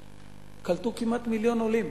קלטו כמעט מיליון עולים,